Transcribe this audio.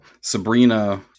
Sabrina